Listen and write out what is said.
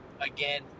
again